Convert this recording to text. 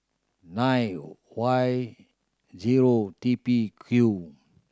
nine Y zero T P Q